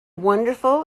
wonderful